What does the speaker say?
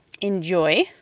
enjoy